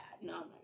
No